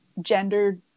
gender